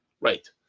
Right